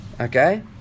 Okay